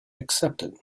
accepted